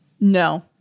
No